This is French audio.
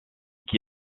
qui